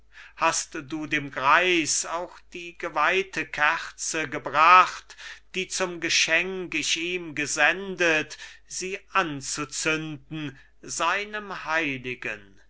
hast du dem greis auch die geweihte kerze gebracht die zum geschenk ich ihm gesendet sie anzuzünden seinem heiligen